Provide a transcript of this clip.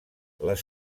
les